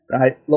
right